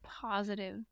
positive